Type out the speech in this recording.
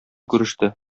күреште